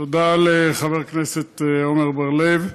תודה לחבר הכנסת עמר בר-לב.